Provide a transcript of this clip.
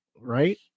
Right